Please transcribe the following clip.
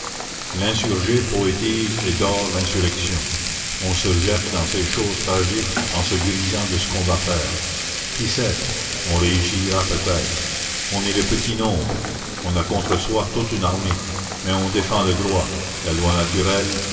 l'insurgé poétise et dore l'insurrection on se jette dans ces choses tragiques en se grisant de ce qu'on va faire qui sait on réussira peut-être on est le petit nombre on a contre soi toute une armée mais on défend le droit la loi naturelle